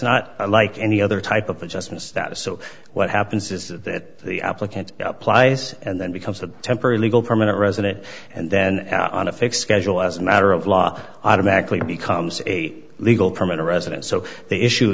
not like any other type of adjustments that is so what happens is that the applicant applies and then becomes a temporary legal permanent resident and then on a fixed schedule as a matter of law automatically becomes a legal permanent resident so the issue